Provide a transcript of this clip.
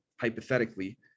hypothetically